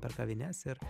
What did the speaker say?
per kavines ir